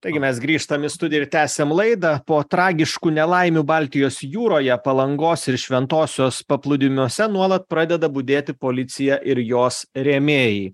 taigi mes grįžtam į studiją ir tęsiame laidą po tragiškų nelaimių baltijos jūroje palangos ir šventosios paplūdimiuose nuolat pradeda budėti policija ir jos rėmėjai